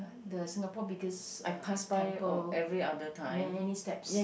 the Singapore biggest uh temple many steps